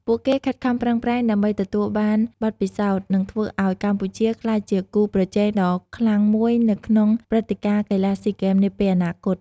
ពួកគេខិតខំប្រឹងប្រែងដើម្បីទទួលបានបទពិសោធន៍ និងធ្វើឱ្យកម្ពុជាក្លាយជាគូប្រជែងដ៏ខ្លាំងមួយនៅក្នុងព្រឹត្តិការណ៍កីឡាស៊ីហ្គេមនាពេលអនាគត។